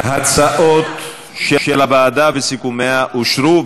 ההצעות של הוועדה וסיכומיה אושרו.